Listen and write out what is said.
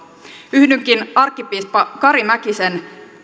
yhdynkin arkkipiispa kari mäkisen